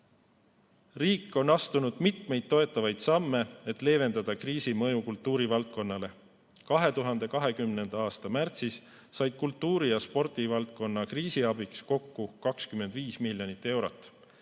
Riik on astunud mitmeid toetavaid samme, et leevendada kriisi mõju kultuurivaldkonnale. 2020. aasta märtsis said kultuuri- ja spordivaldkond kriisiabiks kokku 25 miljonit eurot.